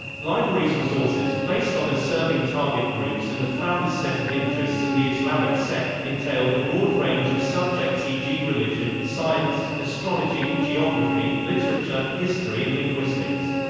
libraries' resources, based on their serving target groups and the founder's set of interests and the islamic sect, entailed a broad range of subjects e g. religion, science, astrology, geography, literature, history and linguistics.